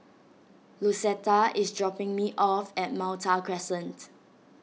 Lucetta is dropping me off at Malta Crescent